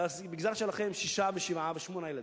במגזר שלכם יש שישה, שבעה ושמונה ילדים,